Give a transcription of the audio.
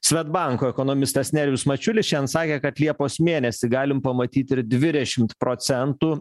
svedbanko ekonomistas nerijus mačiulis šian sakė kad liepos mėnesį galim pamatyt ir dvidešimt procentų